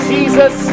Jesus